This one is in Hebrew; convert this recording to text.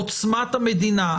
עוצמת המדינה.